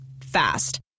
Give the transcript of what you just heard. Fast